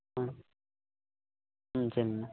ம் ம் சரிங்கண்ணா